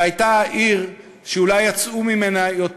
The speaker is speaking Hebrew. שהייתה אולי העיר שיצאו ממנה יותר